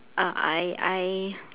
uh I I